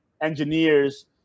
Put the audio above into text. engineers